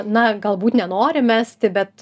na galbūt nenori mesti bet